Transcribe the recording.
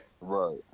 Right